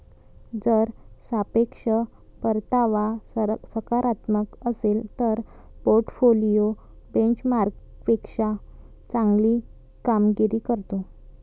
जर सापेक्ष परतावा सकारात्मक असेल तर पोर्टफोलिओ बेंचमार्कपेक्षा चांगली कामगिरी करतो